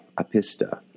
apista